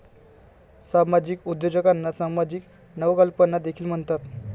सामाजिक उद्योजकांना सामाजिक नवकल्पना देखील म्हणतात